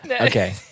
Okay